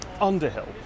Underhill